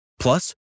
Plus